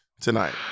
tonight